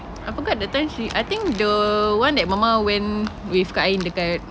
I forgot the time she I think the one that mama went with kak ain dekat